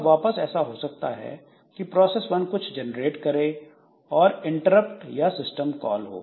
अब वापस ऐसा हो सकता है कि प्रोसेस वन कुछ जनरेट करे और इंटरप्ट या सिस्टम कॉल हो